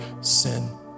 sin